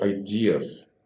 ideas